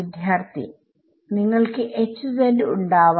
വിദ്യാർത്ഥി നിങ്ങൾക്ക് ഉണ്ടാവാം